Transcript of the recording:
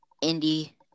Indy